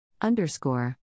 underscore